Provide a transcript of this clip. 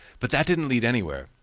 but that didn't lead anywhere.